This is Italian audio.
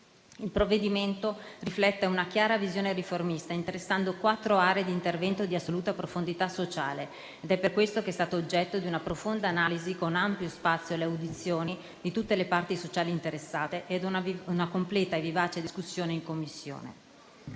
Il provvedimento riflette una chiara visione riformista, interessando quattro aree di intervento di assoluta profondità sociale, ed è per questo che è stato oggetto di una profonda analisi, con ampio spazio alle audizioni di tutte le parti sociali interessate e una completa e vivace discussione in Commissione.